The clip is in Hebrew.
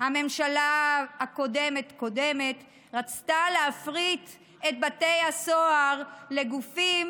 הממשלה הקודמת-קודמת רצתה להפריט את בתי הסוהר לגופים